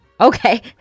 Okay